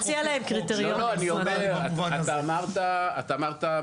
אתה אמרת,